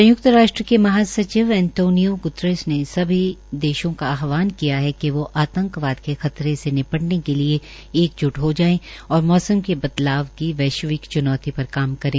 संयुक्त राष्ट् महासचिव अंतोनियो गतरश ने सभी देशों का आहवान किया है कि वोह आंतकवाद के खतते से निपटने एकज्ट जो जाये और मौसम के बदलाव की वैश्विक च्नौती पर काम करें